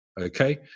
okay